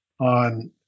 on